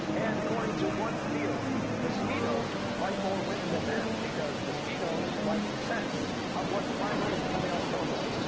and according to one theory, mosquitoes bite more women than men because mosquitoes like the scent of what primary female hormone?